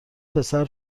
پسر